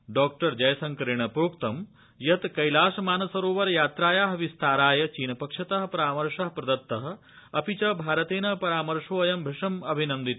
डॉ जयशकरेण प्रोक्त यत् क्लिश मानसरोवर यात्राया विस्ताराय चीनपक्षत परामर्श प्रदत्त अपि च भारतेन परामर्शोऽयं भृशम् अभिनन्दित